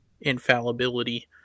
infallibility